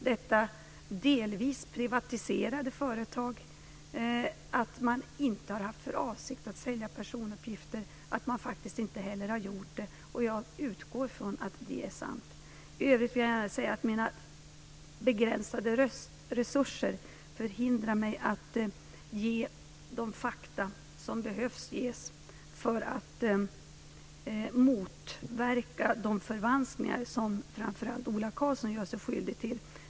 Detta delvis privatiserade företag påstår att man inte har haft för avsikt att sälja personuppgifter och att man faktiskt inte heller har gjort det. Jag utgår från att det är sant. I övrigt vill jag gärna säga att mina för dagen begränsade röstresurser förhindrar mig att ge de fakta som behövs som motvikt till de förvanskningar som framför allt Ola Karlsson gör sig skyldig till.